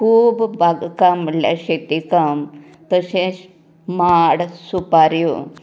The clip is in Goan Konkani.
खूब बाग काम म्हळ्यार शेती काम तशेंच माड सुपाऱ्यो